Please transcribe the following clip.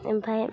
एमफाय